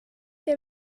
der